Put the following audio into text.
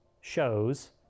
shows